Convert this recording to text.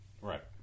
right